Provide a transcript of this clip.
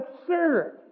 absurd